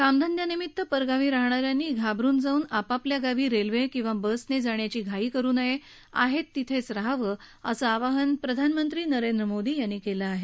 कामधंद्यानिमित्त परगावी राहणाऱ्यांनी घाबरून आपापल्या गावी रेल्वे किंवा बसने जाण्याची घाई करु नये आहेत तिथेच रहावं असं आवाहन प्रधानमंत्री नरेंद्र मोदी यांनी केलं आहे